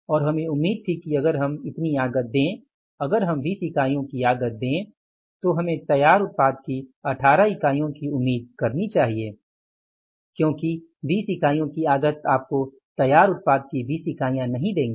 और हमें उम्मीद थी कि अगर हम इतनी आगत दे अगर हम 20 इकाईयों की आगत दे तो हमें तैयार उत्पाद की 18 इकाईयों की उम्मीद करनी चाहिए क्योंकि 20 इकाईयों की आगत आपको तैयार उत्पाद की 20 इकाईयां नहीं देंगे